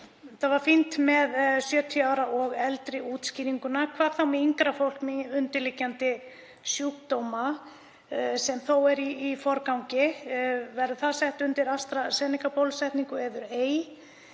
Þetta var fínt með 70 ára og eldri, útskýringuna á því. Hvað með yngra fólk með undirliggjandi sjúkdóma sem þó er í forgangi, verður það sett undir AstraZeneca bólusetningu eður ei?